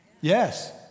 Yes